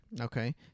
Okay